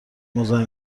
مزاحم